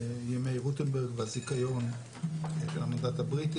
וימי רוטנברג והזיכיון של המנדט הבריטי,